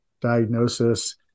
diagnosis